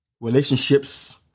relationships